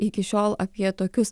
iki šiol apie tokius